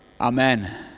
Amen